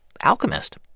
alchemist